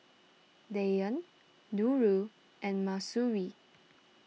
Dian Nurul and Mahsuri